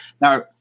now